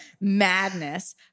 Madness